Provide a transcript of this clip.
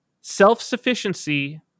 self-sufficiency